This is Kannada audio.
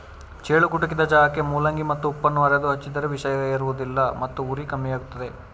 ಚೇಳು ಕುಟುಕಿದ ಜಾಗಕ್ಕೆ ಮೂಲಂಗಿ ಮತ್ತು ಉಪ್ಪನ್ನು ಅರೆದು ಹಚ್ಚಿದರೆ ವಿಷ ಏರುವುದಿಲ್ಲ ಮತ್ತು ಉರಿ ಕಮ್ಮಿಯಾಗ್ತದೆ